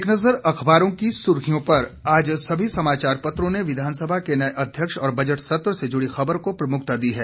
एक नज़र अखबारों की सुर्खियों पर आज सभी समाचार पत्रों ने विधानसभा के नए अध्यक्ष और बजट सत्र से जुड़ी खबर को प्रमुखता दी है